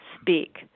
speak